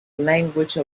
language